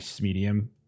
medium